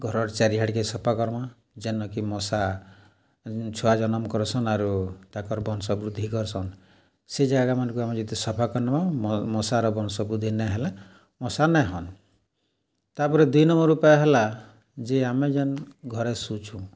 ଘରର୍ ଚାରିଆଡ଼୍କେ ସଫା କର୍ମା ଯେନକି ମଶା ଛୁଆ ଜନମ୍ କର୍ସନ୍ ଆରୁ ତାଙ୍କର୍ ବଂଶ ବୃଦ୍ଧି କର୍ସନ୍ ସେ ଜାଗାମାନ୍ଙ୍କୁ ଆମେ ଯେତେ ସଫା କରିନେମା ମଶାର ବଂଶ ବୃଦ୍ଧି ନାହେଲେ ମଶା ନାଇଁ ହନ୍ ତାପରେ ଦୁଇ ନମ୍ବର୍ ଉପାୟ ହେଲା ଯେ ଆମେ ଯେନ୍ ଘରେ ଶୁଛୁଁ